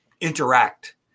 interact